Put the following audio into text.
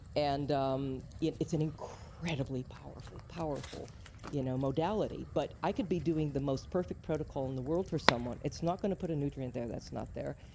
and um it's an incredibly powerful, powerful you know modality, but i could be doing the most perfect protocol in the world for someone, it's not going to put a nutrient there that's not there.